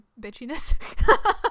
bitchiness